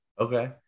Okay